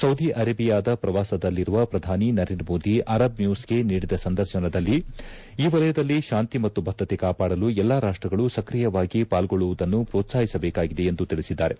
Saudi Arabia ಪ್ರವಾಸದಲ್ಲಿರುವ ಪ್ರಧಾನಿ Narendra Modi Arab ನ್ಯೂಸ್ಗೆ ನೀಡಿದ ಸಂದರ್ಶನದಲ್ಲಿ ಈ ವಲಯದಲ್ಲಿ ಶಾಂತಿ ಮತ್ತು ಬದ್ಧತೆ ಕಾಪಾಡಲು ಎಲ್ಲಾ ರಾಷ್ಟಗಳು ಸ್ಕ್ರಿಯವಾಗಿ ಪಾಲ್ಗೊಳ್ಳುವುದನ್ನು ಪೋತ್ಲಾಹಿಸಬೇಕಾಗಿದೆ ಎಂದು ತಿಳಿಸಿದ್ದಾರೆ